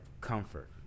comfort